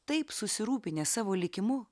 taip susirūpinęs savo likimu